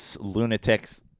lunatics